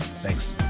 Thanks